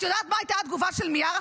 את יודעת מה הייתה התגובה של מיארה,